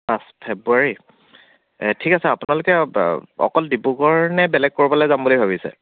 পাঁচ ফেব্ৰুৱাৰী এহ্ ঠিক আছে আপোনালোকে অকল ডিব্ৰুগড় নে বেলেগ ক'ৰবালৈ যাম বুলি ভাবিছে